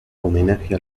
homenaje